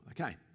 okay